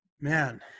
man